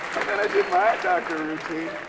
and then, i did my eye doctor routine.